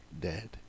dead